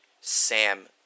Sam